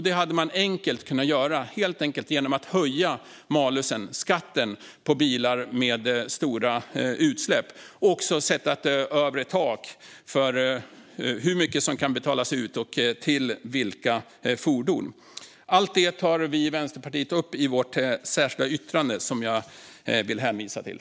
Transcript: Det hade man enkelt kunnat göra genom att helt enkelt höja malusen, skatten på bilar med stora utsläpp, och också sätta ett övre tak för hur mycket som kan betalas ut och för vilka fordon. Allt det tar vi i Vänsterpartiet upp i vårt särskilda yttrande, som jag vill hänvisa till.